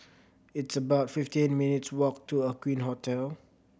it's about fifty eight minutes' walk to Aqueen Hotel